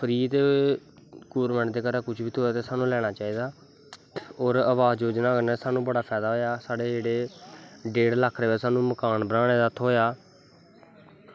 free दा government दे घरा दा कुश बी थ्होऐ साह्नू लैनां चाही दा और अवासयोजनां कन्नै साह्नू जेह्ड़ा बड़ा फैदा होया साढ़े जेह्ड़े डोड़ लक्ख साह्नू मकान बनानें दा थ्होया